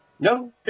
No